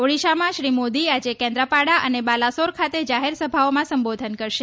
ઓડિશામાં શ્રી મોદી આજે કેન્દ્રપાડા અને બાલાસોર ખાતે જાહેર સભાઓમાં સંબોધન કરશે